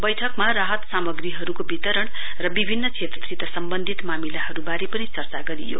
बैठकमा राहत सामग्रीहरुको वितरण र विभिन्न क्षेत्रसित सम्वन्धित मामिलाहरुवारे पनि चर्चा गरियो